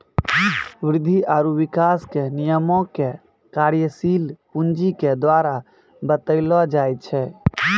वृद्धि आरु विकास के नियमो के कार्यशील पूंजी के द्वारा बतैलो जाय छै